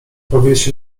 powiesił